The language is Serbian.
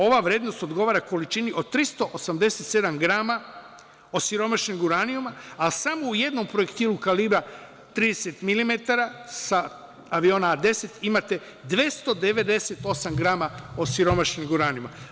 Ova vrednost odgovara količini od 387 grama osiromašenog uranijuma, a samo u jednom projektilu kalibra 30 mm sa aviona A-10 imate 298 grama osiromašenog uranijuma.